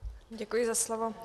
Děkuji za slovo.